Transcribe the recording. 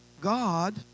God